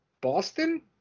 Boston